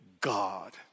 God